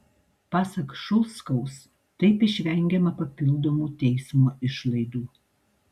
pasak šulskaus taip išvengiama papildomų teismo išlaidų